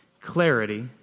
clarity